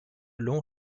longs